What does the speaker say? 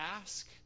ask